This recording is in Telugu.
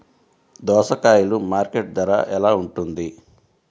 దోసకాయలు మార్కెట్ ధర ఎలా ఉంటుంది?